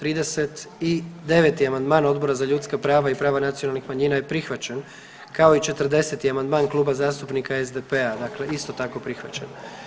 39. amandman Odbora za ljudska prava i prava nacionalnih manjina je prihvaćen, kao i 40. amandman Kluba zastupnika SDP-a, dakle isto tako prihvaćen.